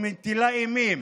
שמטילה אימים